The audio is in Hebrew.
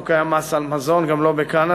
לא קיים מס על מזון, גם לא בקנדה.